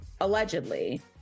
allegedly